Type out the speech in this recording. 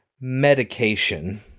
medication